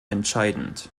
entscheidend